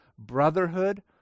Brotherhood